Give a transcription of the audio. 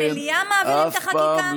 כאשר במליאה מעבירים את החקיקה,